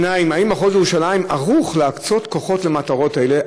2. האם מחוז ירושלים ערוך להקצאת כוחות למטרות אלו,